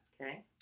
Okay